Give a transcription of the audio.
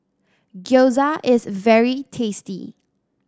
Gyoza is very tasty